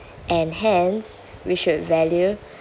and hence we should value